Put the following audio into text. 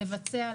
לבצע,